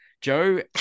Joe